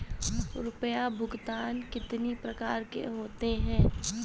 रुपया भुगतान कितनी प्रकार के होते हैं?